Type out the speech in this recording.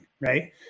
right